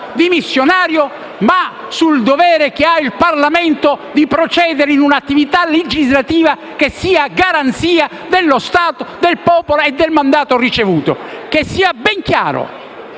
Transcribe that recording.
dimissionario, ma sul dovere che ha il Parlamento di procedere in un'attività legislativa che sia garanzia dello Stato, del popolo e del mandato ricevuto. Che sia ben chiaro: